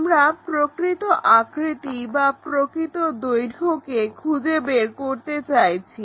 আমরা প্রকৃত আকৃতি বা প্রকৃত দৈর্ঘ্যকে খুঁজে বের করতে চাইছি